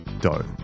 dough